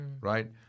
Right